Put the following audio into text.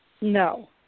No